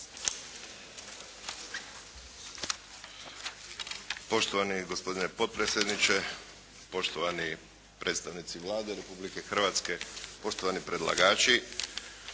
Poštovani gospodine potpredsjedniče, poštovani predstavnici Vlade Republike Hrvatske, poštovani predlagači.